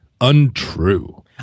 untrue